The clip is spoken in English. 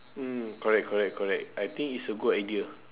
mm correct correct correct I think it's a good idea